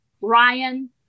Ryan